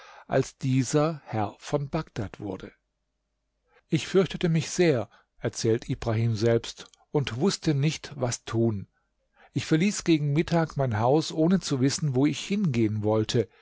als dieser herr von bagdad wurde ich fürchtete mich sehr erzählt ibrahim selbst und wußte nicht was tun ich verließ gegen mittag mein haus ohne zu wissen wo ich hingehen wollte